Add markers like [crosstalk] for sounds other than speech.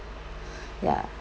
[breath] ya